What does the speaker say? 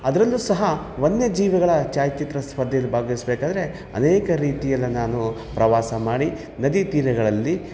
ಅದರಲ್ಲೂ ಸಹ ವನ್ಯ ಜೀವಿಗಳ ಛಾಯಾಚಿತ್ರ ಸ್ಪರ್ಧೆಯಲ್ಲಿ ಭಾಗವಹಿಸ್ಬೇಕಾದ್ರೆ ಅನೇಕ ರೀತಿಯಲ್ಲಿ ನಾನು ಪ್ರವಾಸ ಮಾಡಿ ನದಿ ತೀರಗಳಲ್ಲಿ